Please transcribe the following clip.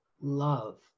love